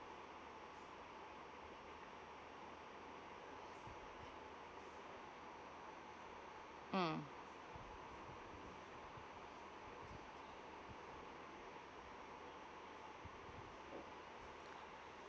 mm